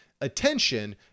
attention